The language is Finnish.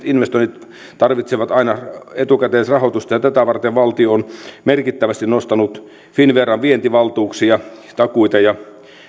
investoinnit tarvitsevat aina etukäteisrahoitusta tätä varten valtio on merkittävästi nostanut finnveran vientivaltuuksia takuita ja